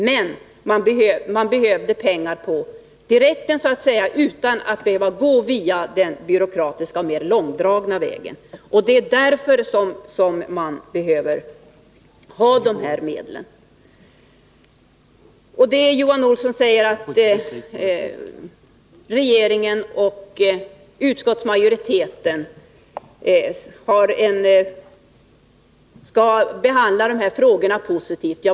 Men man behövde pengar ”på direkten” utan att behöva gå den byråkratiska och mer långdragna vägen. Det är därför som man behöver dessa medel. Johan Olsson säger att regeringen och utskottsmajoriteten skall behandla dessa frågor positivt.